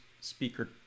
speaker